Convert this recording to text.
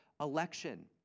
election